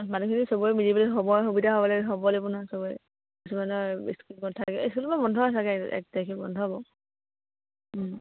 মানুহখিনি চবৰে মিলি সময় সুবিধা হ'ব লাগে হ'ব লাগিব নহয় চবৰে কিছুমানৰ ইস্কুল থাকে ইস্কুলবোৰ বন্ধ চাগে এক তাৰিখে বন্ধ হ'ব